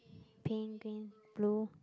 pink green blue